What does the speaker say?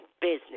business